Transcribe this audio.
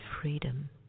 freedom